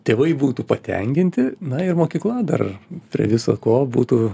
tėvai būtų patenkinti na ir mokykla dar prie visa ko būtų